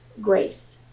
grace